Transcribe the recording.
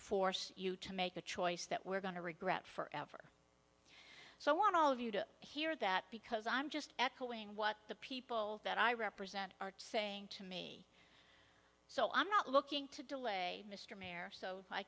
force you to make a choice that we're going to regret forever so i want all of you to hear that because i'm just echoing what the people that i represent are saying to me so i'm not looking to delay mr mayor so i